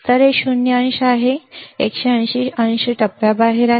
तर हे 0 अंश आहे हे 180 अंश टप्प्याबाहेर आहे